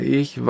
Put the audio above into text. ich